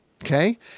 Okay